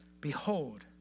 Behold